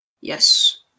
Yes